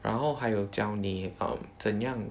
然后还有教你怎样